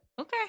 Okay